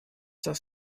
das